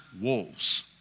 wolves